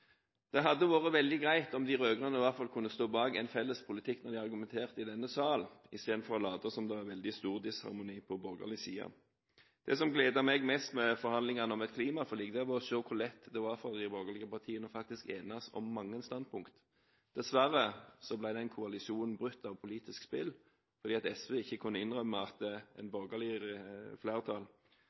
Det hadde vært veldig greit om de rød-grønne i hvert fall kunne stå bak en felles politikk når de argumenterer i denne sal, i stedet for å late som det er veldig stor disharmoni på borgerlig side. Det som gledet meg mest med forhandlingene om et klimaforlik, var å se hvor lett det var for de borgerlige partiene å enes om mange standpunkter. Dessverre ble den koalisjonen brutt av politisk spill, fordi SV ikke kunne innrømme at et borgerlig flertall